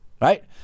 Right